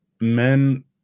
men